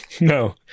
no